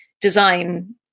design